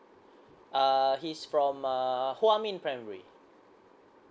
err he's from err huamin primary